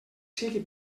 sigui